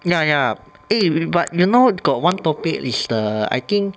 ya ya eh but you know got one topic is the I think